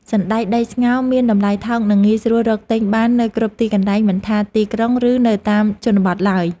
សណ្តែកដីស្ងោរមានតម្លៃថោកនិងងាយស្រួលរកទិញបាននៅគ្រប់ទីកន្លែងមិនថាទីក្រុងឬនៅតាមជនបទឡើយ។